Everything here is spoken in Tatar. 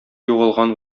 югалган